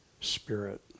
spirit